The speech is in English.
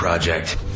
Project